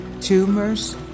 tumors